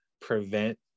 prevent